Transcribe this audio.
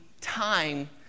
time